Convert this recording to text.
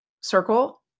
circle